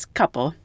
couple